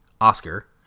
Oscar